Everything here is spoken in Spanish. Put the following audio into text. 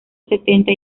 setenta